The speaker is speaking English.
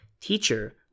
Teacher